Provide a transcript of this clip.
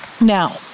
Now